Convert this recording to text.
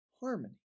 harmony